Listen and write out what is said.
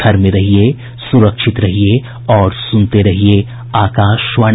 घर में रहिये सुरक्षित रहिये और सुनते रहिये आकाशवाणी